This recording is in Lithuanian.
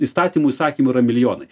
įstatymų įsakymų yra milijonai